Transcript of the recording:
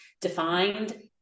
defined